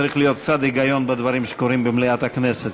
צריך להיות קצת היגיון בדברים שקורים במליאת הכנסת.